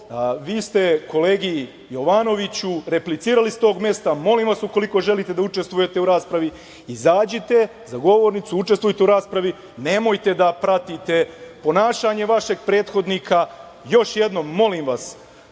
Vi ste kolegi Jovanoviću replicirali s tog mesta. Molim vas, ukoliko želite da učestvujete u raspravi, izađite za govornicu, učestvujte u raspravi, nemojte da pratite ponašanje vašeg prethodnika. Još jednom, molim vas,